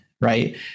right